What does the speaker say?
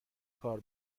کار